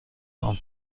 هام